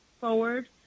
forward